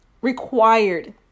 required